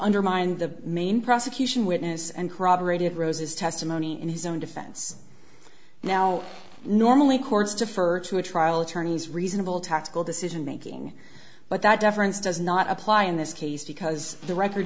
undermined the main prosecution witness and corroborated rose's testimony in his own defense now normally courts defer to a trial attorneys reasonable tactical decision making but that deference does not apply in this case because the record